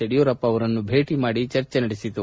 ಯಡಿಯೂರಪ್ಪ ಅವರನ್ನು ಭೇಟ ಮಾಡಿ ಚರ್ಚೆ ನಡೆಸಿತು